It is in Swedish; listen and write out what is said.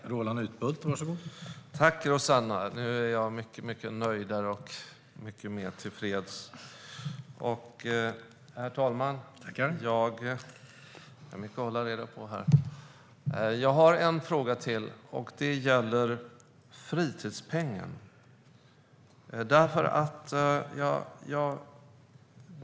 Herr talman! Tack, Rosanna! Nu är jag mycket nöjdare och mycket mer tillfreds. Jag har en fråga till. Det gäller fritidspengen.